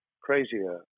crazier